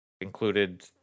included